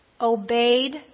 obeyed